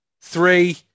three